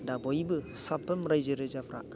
बा बयबो साफ्रोम राज्यो राजाफ्रा